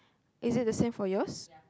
is it the same for yours